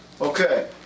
Okay